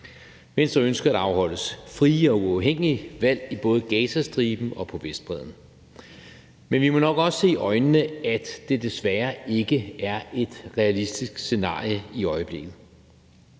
Venstre ønsker, at der afholdes frie og uafhængige valg i både Gazastriben og på Vestbredden. Men vi må nok også se i øjnene, at det desværre ikke er et realistisk scenarie i øjeblikket.